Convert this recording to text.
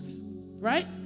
Right